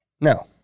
No